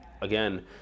again